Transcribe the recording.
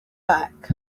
back